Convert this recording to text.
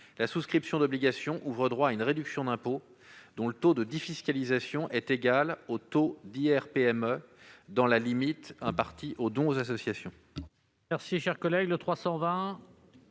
la souscription d'obligations ouvre droit à une réduction d'impôt, dont le taux de défiscalisation serait égal au taux d'IR-PME, dans les limites imparties aux dons aux associations.